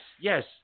yes